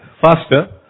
faster